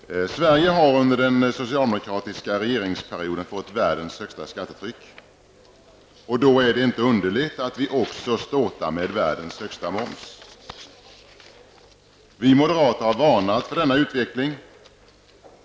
Fru talman! Sverige har under den socialdemokratiska regeringsperioden fått världens högsta skattetryck. Då är det inte underligt att vi också ståtar med världens högsta moms. Vi moderater har varnat för denna utveckling.